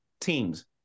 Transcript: teams